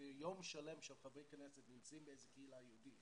יום שלם שחברי הכנסת נמצאים בקהילה יהודית